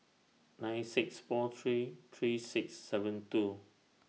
nine six four three three six seven two